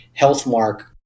Healthmark